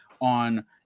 on